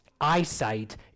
eyesight